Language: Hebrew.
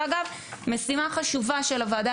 זו משימה חשובה של הוועדה,